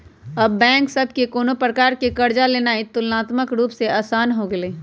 अब बैंक सभ से कोनो प्रकार कें कर्जा लेनाइ तुलनात्मक रूप से असान हो गेलइ